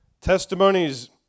Testimonies